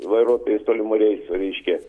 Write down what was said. vairuotojus tolimų reisų reiškia